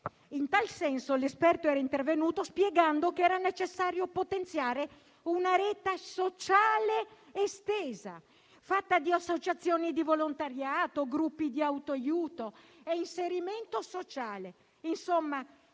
In tal senso l'esperto è intervenuto spiegando che era necessario potenziare una rete sociale estesa, fatta di associazioni di volontariato, gruppi di autoaiuto e inserimento sociale.